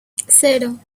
cero